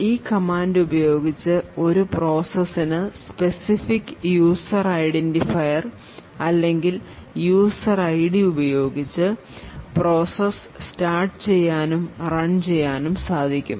ഈ കമാൻഡ് ഉപയോഗിച്ച് ഒരു പ്രോസസ്സിന് സ്പെസിഫിക് യൂസർ ഐഡന്റിഫയർ അല്ലെങ്കിൽ യൂസർ ഐഡി ഉപയോഗിച്ച് പ്രോസസ് സ്റ്റാർട്ട് ചെയ്യാനും റൺ ചെയ്യാനും സാധിക്കും